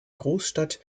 großstadt